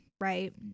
Right